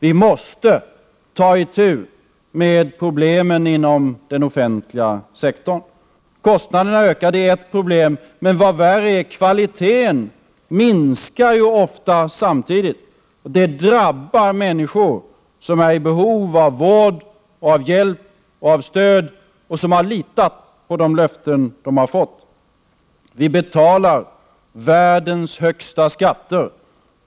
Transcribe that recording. Vi måste ta itu med problemen inom den offentliga sektorn. Kostnaderna ökar — det är ett problem, men vad värre är: samtidigt minskar ofta kvaliteten. Det drabbar människor som är i behov av vård och hjälp och stöd och som har litat på de löften de har fått. Vi betalar världens högsta skatter.